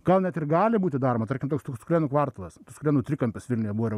gal net ir gali būti daroma tarkim toks tuskulėnų kvartalas tuskulėnų trikampis nebuvo